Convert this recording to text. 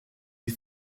you